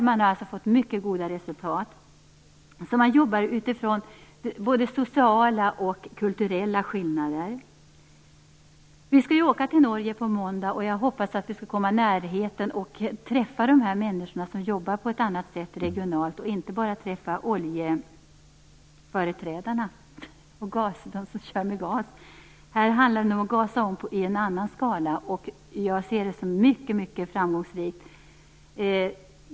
Man har fått mycket goda resultat, och man jobbar utifrån både sociala och kulturella skillnader. Vi skall åka till Norge på måndag. Jag hoppas att vi får träffa de människor som jobbar på ett annat sätt regionalt, inte bara oljeföreträdare och de som kör med gas. I det här fallet handlar det nog om att gasa i en annan skala. Jag ser det som mycket framgångsrikt.